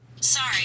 Sorry